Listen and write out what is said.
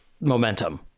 Momentum